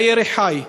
היה ירי חי.